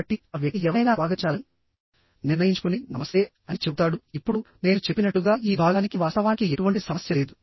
కాబట్టిఆ వ్యక్తి ఎవరినైనా స్వాగతించాలని నిర్ణయించుకుని నమస్తే అని చెబుతాడు ఇప్పుడు నేను చెప్పినట్లుగా ఈ భాగానికి వాస్తవానికి ఎటువంటి సమస్య లేదు